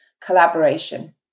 collaboration